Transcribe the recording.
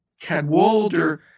Cadwalder